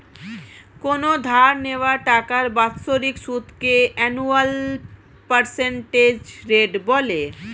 কোনো ধার নেওয়া টাকার বাৎসরিক সুদকে অ্যানুয়াল পার্সেন্টেজ রেট বলে